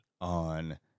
on